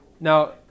Now